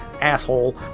asshole